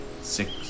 six